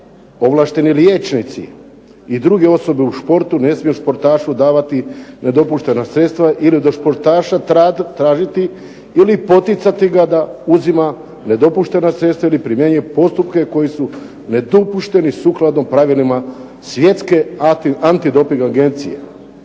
ovlašteni liječnici i druge osobe u sportu ne smiju sportašu davati nedopuštena sredstva ili od sportaša tražiti ili poticati ga da uzima nedopuštena sredstva ili primjenjuje postupke koji su nedopušteni sukladno pravilima Svjetske antidoping agencije.